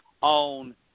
on